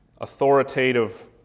authoritative